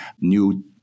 new